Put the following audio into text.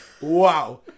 Wow